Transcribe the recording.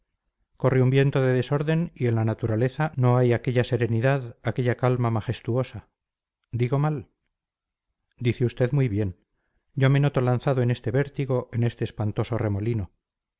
corre un viento de desorden y en la naturaleza no hay aquella serenidad aquella calma majestuosa digo mal dice usted muy bien yo me noto lanzado en este vértigo en este espantoso remolino